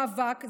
זה לא עוד מאבק,